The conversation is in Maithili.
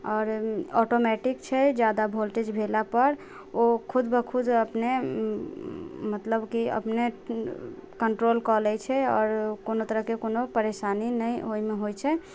आओर ऑटोमेटिक छै जादा वोल्टेज भेलापर ओ खुद ब खुद अपने मतलब की अपने कन्ट्रोल कऽ लै छै आओर कोनो तरहके कोनो परेशानी नहि ओइमे होइ छै